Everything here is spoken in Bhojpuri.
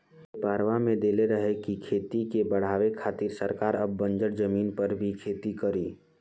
पेपरवा में देले रहे की खेती के बढ़ावे खातिर सरकार अब बंजर जमीन पर भी खेती करी